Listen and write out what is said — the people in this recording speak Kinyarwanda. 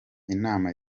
intama